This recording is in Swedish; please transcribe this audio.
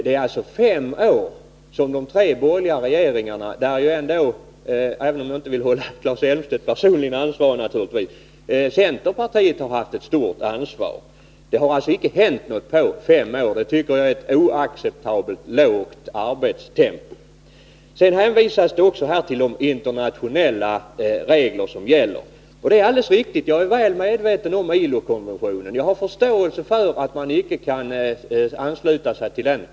Det är alltså fem år som de tre borgerliga regeringarna haft på sig. Och där har centerpartiet haft ett stort ansvar — även om jag naturligtvis inte vill hålla Claes Elmstedt personligen ansvarig. Det har alltså inte hänt någonting på fem år, och det tycker jag är ett oacceptabelt lågt arbetstempo. Det hänvisas också alldeles riktigt till de internationella regler som gäller. Jag är väl medveten om ILO-konventionen och har förståelse för att vi i Sverige inte kan ansluta oss till den.